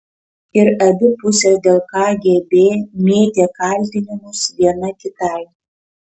ir abi pusės dėl kgb mėtė kaltinimus viena kitai